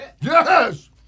Yes